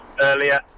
earlier